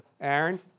Aaron